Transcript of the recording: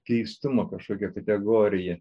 keistumo kažkokią kategoriją